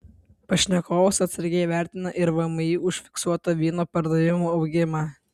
pašnekovas atsargiai vertina ir vmi užfiksuotą vyno pardavimų augimą